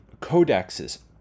codexes